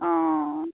অঁ